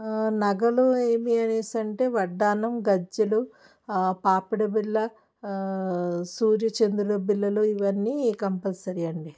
నగలు ఏమి అనేసి అంటే వడ్డానం గజ్జలు పాపిడి బిళ్ళ సూర్యచంద్రుడు బిళ్ళలు ఇవన్నీ కంపల్సరీ అండి